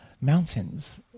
mountains